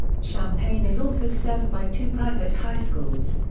champaign is also served by two private high schools.